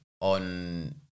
on